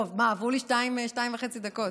טוב, מה, עברו לי שתיים וחצי דקות?